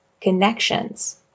connections